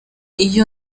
iyo